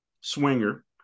swinger